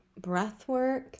breathwork